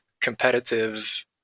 competitive